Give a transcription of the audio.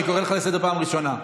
אני קורא אותך לסדר פעם ראשונה.